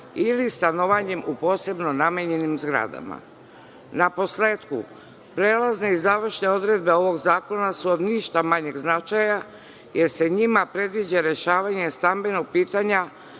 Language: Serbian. ili stanovanjem u posebno namenjenim zgradama. Na posletku prelazni i završne odredbe ovog zakona su od ništa manjeg značaja, jer se njima predviđa rešavanje stambenog pitanja,